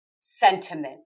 sentiment